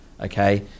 Okay